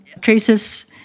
traces